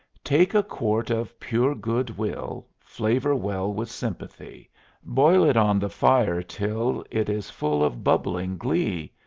take a quart of pure good will, flavor well with sympathy boil it on the fire till it is full of bubbling glee.